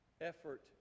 effort